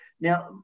Now